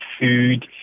food